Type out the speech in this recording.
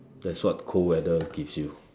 that's what cold weather gives you